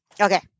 okay